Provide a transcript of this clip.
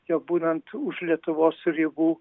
jau būnant už lietuvos ribų